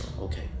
okay